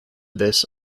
this